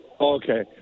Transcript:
Okay